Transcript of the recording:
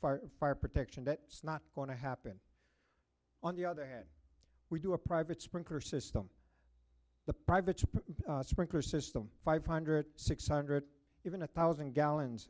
fire fire protection but it's not going to happen on the other hand we do a private sprinkler system the private sprinkler system five hundred six hundred even a thousand gallons